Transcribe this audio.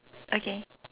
okay